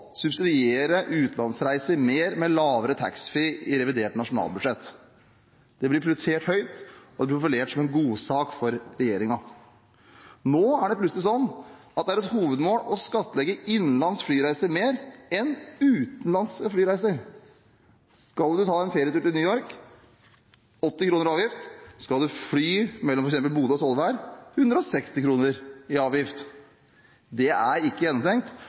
subsidiere utenlandsreiser mer med lavere taxfree i revidert nasjonalbudsjett. Det ble prioritert høyt og profilert som en godsak for regjeringen. Nå er det plutselig sånn at det er et hovedmål å skattlegge innenlandsflyreiser mer enn utenlandsflyreiser. Skal man ha en ferietur til New York, er det 80 kr i avgift. Skal man fly f.eks. mellom Bodø og Svolvær, er det 160 kr i avgift. Det er ikke gjennomtenkt,